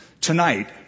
Tonight